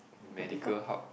medical hub